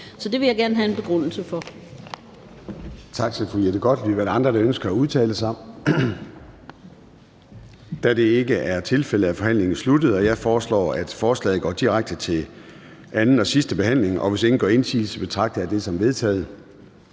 Så det vil jeg gerne have en begrundelse for. Kl. 09:09 Formanden (Søren Gade): Tak til fru Jette Gottlieb. Er der andre, der ønsker at udtale sig? Da det ikke er tilfældet, er forhandlingen sluttet. Jeg foreslår, at forslaget til folketingsbeslutning går direkte til anden og sidste behandling. Hvis ingen gør indsigelse, betragter jeg det som vedtaget.